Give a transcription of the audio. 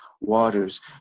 waters